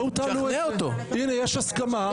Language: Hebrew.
הינה, יש הסכמה.